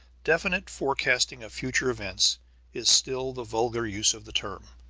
definite forecasting of future events is still the vulgar use of the term.